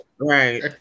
Right